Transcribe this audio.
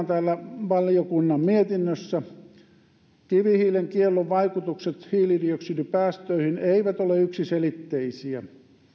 täällä valiokunnan mietinnössä todetaan kivihiilen kiellon vaikutukset hiilidioksidipäästöihin eivät ole yksiselitteisiä